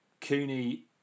Cooney